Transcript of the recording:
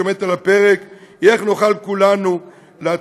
שעומדת על הפרק היא איך נוכל כולנו להציל,